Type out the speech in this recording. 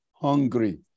hungry